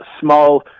small